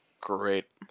great